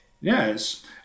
Yes